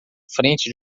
frente